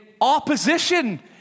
opposition